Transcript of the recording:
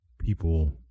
people